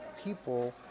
people